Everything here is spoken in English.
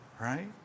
right